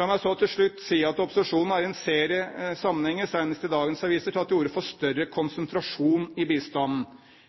La meg så til slutt si at opposisjonen i en serie sammenhenger, senest i dagens aviser, har tatt til orde for en større konsentrasjon i bistanden.